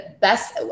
best